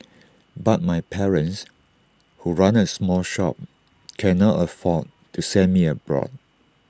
but my parents who run A small shop cannot afford to send me abroad